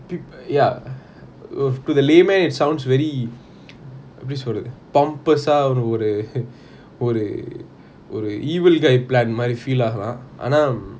p~ ya o~ to the layman it sounds very எப்பிடி சொல்றது:epidi solrathu pompous ah ஒரு ஒரு ஒரு:oru oru oru evil guy plan மாறி:maari feel ஆகலாம்:aagalam